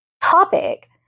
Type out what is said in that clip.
topic